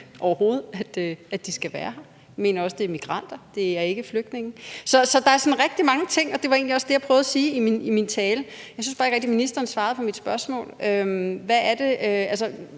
overhovedet ikke, at de skal være her. Vi mener også, at de er immigranter, og at de ikke er flygtninge. Så der er rigtig mange ting, og det var egentlig også det, jeg prøvede at sige i min tale. Jeg synes bare ikke rigtig, at ministeren svarede på mit spørgsmål. Ministeren